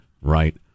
right